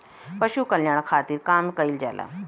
पशु कल्याण खातिर काम कइल जाला